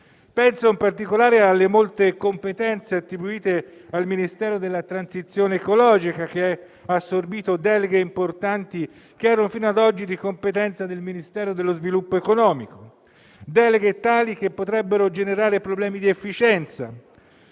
Penso in particolare alle molte competenze attribuite al Ministero della transizione ecologica, che ha assorbito deleghe importanti, che erano fino ad oggi di competenza del Ministero dello sviluppo economico; deleghe tali che potrebbero generare problemi di efficienza,